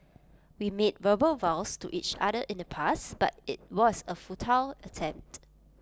we made verbal vows to each other in the past but IT was A futile attempt